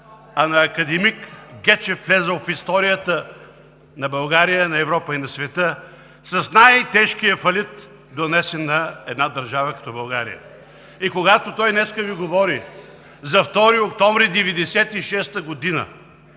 а на академик Гечев, влязъл в историята на България, на Европа и на света с най-тежкия фалит, донесен на една държава като България. И когато той днес Ви говори за втори октомври 1996 г.,